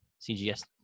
cgs